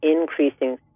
increasing